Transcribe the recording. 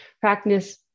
practice